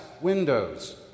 windows